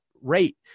rate